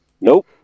nope